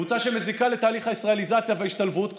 קבוצה שמזיקה לתהליך הישראליזציה וההשתלבות,